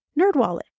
NerdWallet